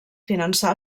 finançar